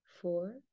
four